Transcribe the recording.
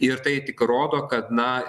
ir tai tik rodo kad na